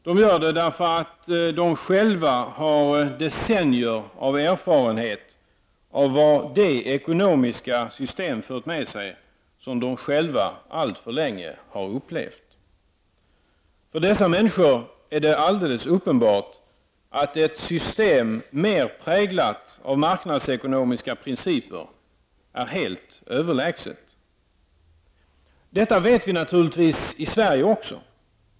De gör det därför att de själva har decennier av erfarenhet av vad det ekonomiska system fört med sig som de själva alltför länge har upplevt. För dessa människor är det alldeles uppenbart att ett system mer präglat av marknadsekonomiska principer är helt överlägset. Detta vet vi naturligtvis också i Sverige.